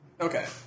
Okay